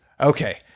Okay